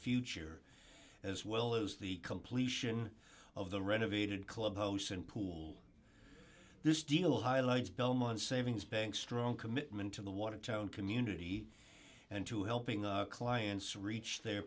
future as well as the completion of the renovated clubhouse and pool this deal highlights belmont savings bank strong commitment to the watertown community and to helping clients reach their